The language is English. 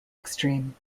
extreme